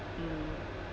mm